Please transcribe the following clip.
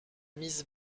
mise